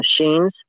machines